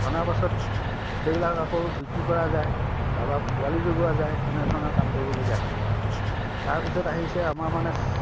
অনাৰ পাছত সেইবিলাক আকৌ বিক্ৰী কৰা যায় তাৰপৰা পোৱালি জগোৱা যায় তেনেধৰণৰ কাম কৰিবলগীয়া হয় তাৰপিছত আহিছে আমাৰ মানে